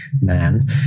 man